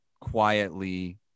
quietly